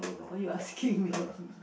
what you asking me